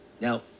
now